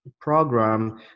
program